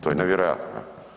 To je nevjerojatno.